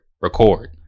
record